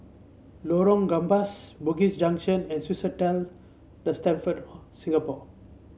Lorong Gambas Bugis Junction and Swissotel The Stamford Singapore